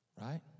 right